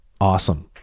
awesome